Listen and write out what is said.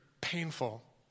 painful